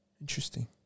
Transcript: Interesting